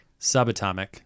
subatomic